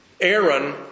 Aaron